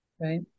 Right